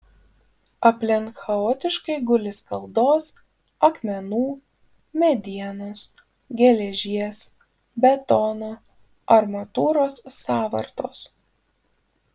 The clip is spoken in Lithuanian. aplink chaotiškai guli skaldos akmenų medienos geležies betono armatūros sąvartos